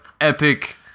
epic